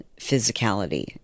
physicality